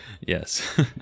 yes